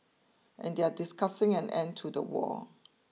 and they are discussing an end to the war